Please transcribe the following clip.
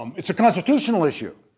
um it's a constitutional issue.